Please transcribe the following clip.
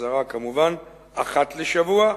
ובחזרה כמובן, אחת לשבוע,